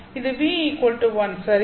இது ν 1 சரியானதா